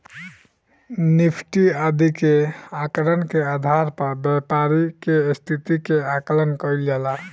Nifty आदि के आंकड़न के आधार पर व्यापारि के स्थिति के आकलन कईल जाला